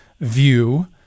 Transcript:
view